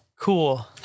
Cool